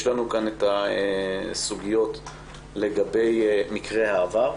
יש לנו את הסוגיות לגבי מקרי העבר.